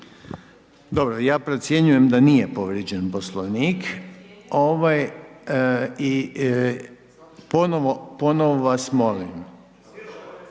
Dobro, ja procjenjujem da nije povrijeđen poslovnik i ponovno vas molim,